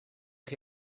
chi